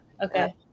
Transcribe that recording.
okay